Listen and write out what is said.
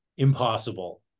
impossible